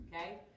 Okay